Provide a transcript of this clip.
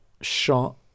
shot